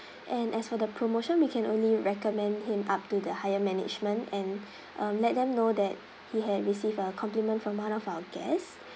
and as for the promotion we can only recommend him up to the higher management and um let them know that he had received a compliment from one of our guest